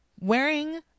Wearing